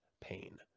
pain